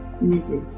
music